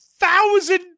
Thousand